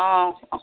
অঁ